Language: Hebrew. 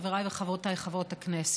חבריי וחברותיי חברות הכנסת,